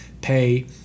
pay